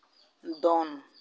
ᱫᱚᱱ